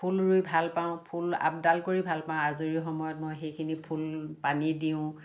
ফুল ৰুই ভাল পাওঁ ফুল আপদাল কৰি ভাল পাওঁ আজৰি সময়ত মই সেইখিনি ফুল পানী দিওঁ